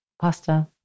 pasta